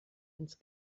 ins